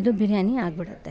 ಇದು ಬಿರಿಯಾನಿ ಆಗ್ಬಿಡುತ್ತೆ